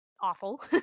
awful